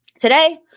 Today